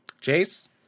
Chase